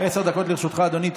עשר דקות לרשותך, אדוני.